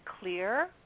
clear